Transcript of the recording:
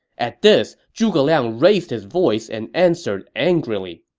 at this, zhuge liang raised his voice and answered angrily,